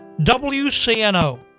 WCNO